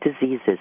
diseases